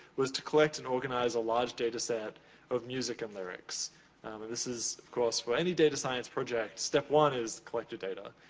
was to collect and organize a large data set of music and lyrics. and this is, of course, for any data science project, step one is collect your data.